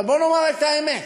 אבל בוא נאמר את האמת,